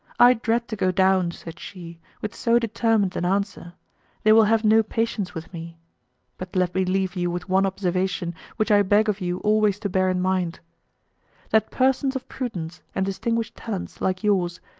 i dread to go down, said she, with so determined an answer they will have no patience with me but let me leave you with one observation, which i beg of you always to bear in mind that persons of prudence, and distinguished talents, like yours,